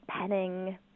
penning